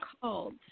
called